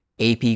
AP